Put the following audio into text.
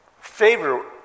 Favor